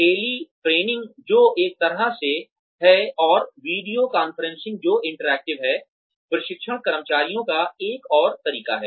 teletraining जो एक तरह से है और वीडियो कॉन्फ्रेंसिंग जो इंटरेक्टिव है प्रशिक्षण कर्मचारियों का एक और तरीका है